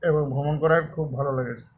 এবং ভ্রমণ করায় খুব ভালো লেগেছে